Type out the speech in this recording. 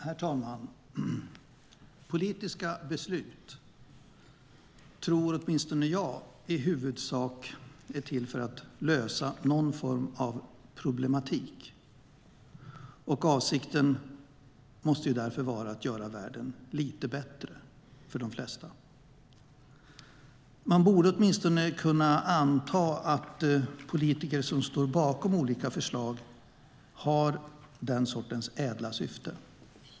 Herr talman! Politiska beslut är, tror åtminstone jag, i huvudsak till för att lösa någon form av problematik, och avsikten måste ju därför vara att göra världen lite bättre för de flesta. Man borde i vart fall kunna anta att politiker som står bakom olika förslag har den sortens ädla syfte.